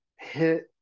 hit